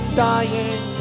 dying